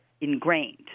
ingrained